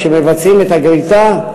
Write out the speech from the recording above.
כשמבצעים את הגריטה,